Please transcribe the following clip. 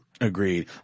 Agreed